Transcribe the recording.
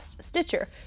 Stitcher